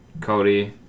Cody